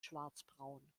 schwarzbraun